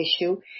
issue